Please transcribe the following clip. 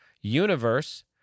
universe